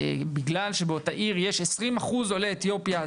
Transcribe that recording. בגלל שבאותה עיר יש 20% עולי אתיופיה,